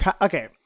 okay